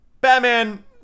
batman